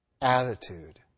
attitude